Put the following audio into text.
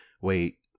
wait